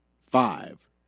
Five